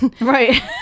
Right